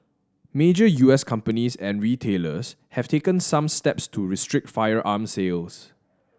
major U S companies and retailers have taken some steps to restrict firearm sales